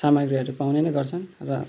सामग्रीहरू पाउने नै गर्छन् र